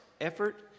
effort